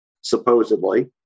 supposedly